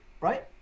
right